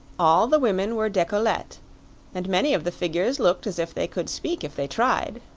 all the women were decolletes, and many of the figures looked as if they could speak if they tried.